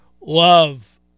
love